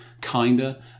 kinder